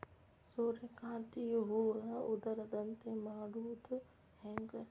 ಸೂರ್ಯಕಾಂತಿ ಹೂವ ಉದರದಂತೆ ಮಾಡುದ ಹೆಂಗ್?